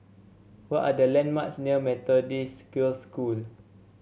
what are the landmarks near Methodist Girls' School